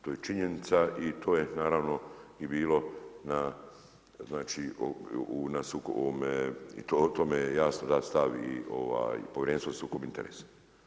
To je činjenica i to je naravno i bilo i o tome je jasno dat stav i Povjerenstva za sukob interesa.